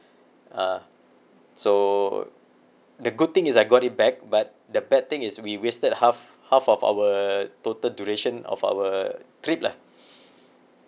uh so the good thing is I got it back but the bad thing is we wasted half half of our total duration of our trip lah